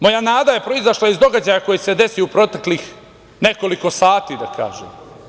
Moja nada je proizašla iz događaja koji se desio u proteklih nekoliko sati, da kažem.